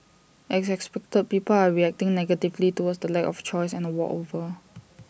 as expected people are reacting negatively towards the lack of choice and A walkover